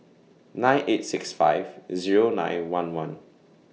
nine eight six five Zero nine one one